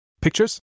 Pictures